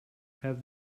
have